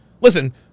Listen